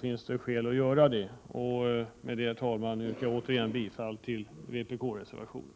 finns, är det skäl att göra det. Med detta, herr talman, yrkar jag återigen bifall till vpk-reservationen.